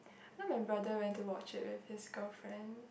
know my brother went to watch it with his girlfriend